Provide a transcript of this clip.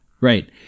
Right